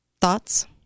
Thoughts